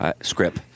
script